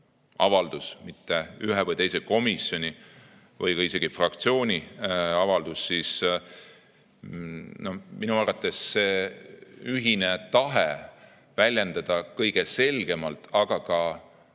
avaldus, mitte ühe või teise komisjoni või isegi fraktsiooni avaldus –, siis minu arvates see ühine tahe väljendada kõige selgemalt, aga ka